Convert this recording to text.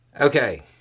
Okay